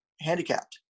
handicapped